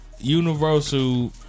Universal